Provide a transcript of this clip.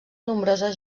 nombroses